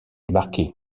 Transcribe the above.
marquée